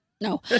No